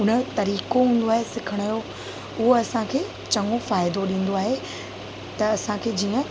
उन तरीक़ो हूंदो आहे सिखण जो उहा असांखे चङो फ़ाइदो ॾींदो आहे त असांखे जीअं